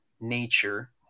nature